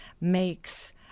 makes